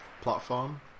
platform